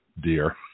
dear